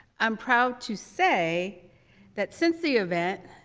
i'm proud to say that since the event,